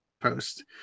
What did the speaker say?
post